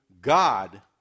God